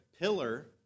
pillar